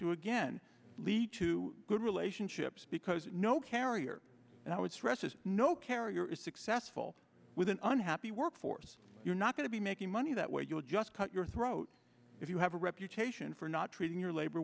to again lead to good relationships because no carrier and i would stress is no carrier is successful with an unhappy workforce you're not going to be making money that way you'll just cut your throat if you have a reputation for not treating your labor